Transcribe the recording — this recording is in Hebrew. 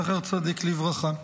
זכר צדיק לברכה.